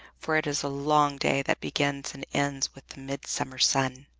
for it is a long day that begins and ends with the midsummer sun.